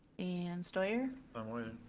and steuer? i'm waiting.